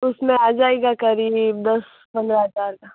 उसमें आ जाएगा करीब दस पन्द्रह हज़ार का